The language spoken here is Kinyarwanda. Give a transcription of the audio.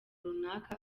runaka